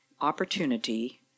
opportunity